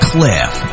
Cliff